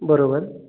बरोबर